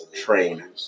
train